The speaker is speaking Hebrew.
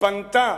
פנתה